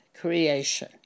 creation